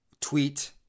tweet